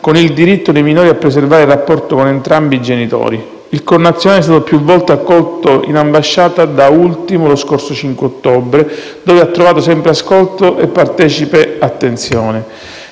con il diritto dei minori a preservare il rapporto con entrambi i genitori. Il connazionale è stato più volte accolto in ambasciata, da ultimo lo scorso 5 ottobre, dove ha trovato sempre ascolto e partecipe attenzione.